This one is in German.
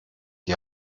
die